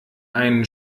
ein